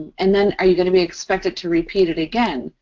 and then, are you going to be expected to repeat it again?